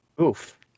Oof